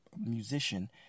musician